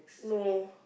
no